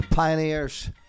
Pioneers